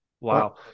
Wow